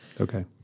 Okay